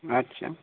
আচ্ছা